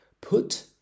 put